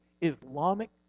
Islamic